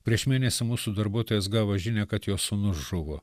prieš mėnesį mūsų darbuotojas gavo žinią kad jo sūnus žuvo